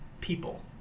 people